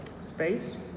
space